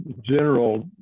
general